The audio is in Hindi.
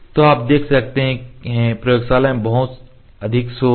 तो आप देख सकते हैं प्रयोगशाला में बहुत अधिक शोर है